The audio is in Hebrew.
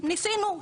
ניסינו,